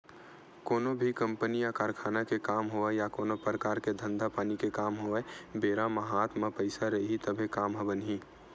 कोनो भी कंपनी या कारखाना के काम होवय या कोनो परकार के धंधा पानी के काम होवय बेरा म हात म पइसा रइही तभे काम ह बनही